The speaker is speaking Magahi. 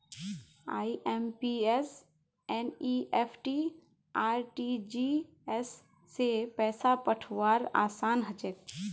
आइ.एम.पी.एस एन.ई.एफ.टी आर.टी.जी.एस स पैसा पठऔव्वार असान हछेक